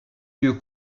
lieu